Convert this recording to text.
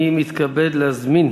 אני מתכבד להזמין